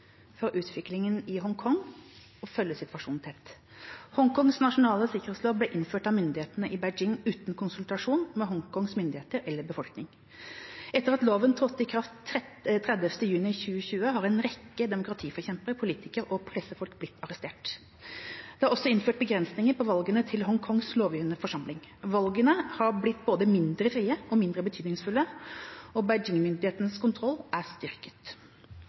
for utviklingen i Hongkong og følger situasjonen tett. Hongkongs nasjonale sikkerhetslov ble innført av myndighetene i Beijing uten konsultasjon med Hongkongs myndigheter eller befolkning. Etter at loven trådte i kraft den 30. juni 2020, har en rekke demokratiforkjempere, politikere og pressefolk blitt arrestert. Det er også innført begrensninger på valgene til Hongkongs lovgivende forsamling. Valgene har blitt både mindre frie og mindre betydningsfulle, og Beijing-myndighetenes kontroll er styrket.